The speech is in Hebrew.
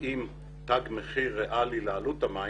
להתאים תג מחיר ריאלי לעלות המים,